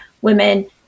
women